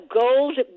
gold